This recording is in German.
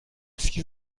sie